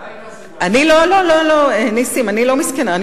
לא כזאת מסכנה.